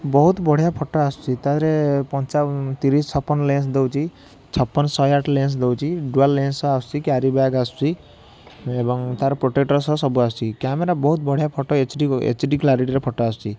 ବହୁତ ବଢ଼ିଆ ଫଟୋ ଆସୁଛି ତା' ଦେହରେ ପଞ୍ଚା ତିରିଶ ଛପନ ଲେନ୍ସ ଦେଉଛି ଛପନ ଶହେ ଆଠ ଲେନ୍ସ ଦେଉଛି ଡୁଆଲ ଲେନ୍ସ ସହ ଆସୁଛି କ୍ୟାରୀ ବ୍ୟାଗ ଆସୁଛି ଏବଂ ତାର ପ୍ରୋଟେକ୍ଟର ସହ ସବୁ ଆସୁଛି କ୍ୟାମେରା ବହୁତ ବଢ଼ିଆ photo H D H D କ୍ଳାରିଟିର ଫଟୋ ଆସୁଛି